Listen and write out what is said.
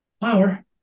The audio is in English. Power